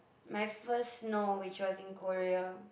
my first no which was in Korea